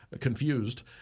confused